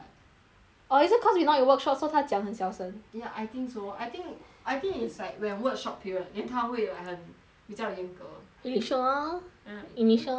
or is it cause you not in workshop so 他讲很小声 ya I think so I think I think is like when workshop period then 他会 like 很比较严格 initial ya initial